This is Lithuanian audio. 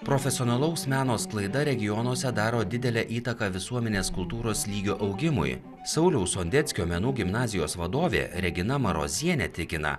profesionalaus meno sklaida regionuose daro didelę įtaką visuomenės kultūros lygio augimui sauliaus sondeckio menų gimnazijos vadovė regina marozienė tikina